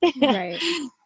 Right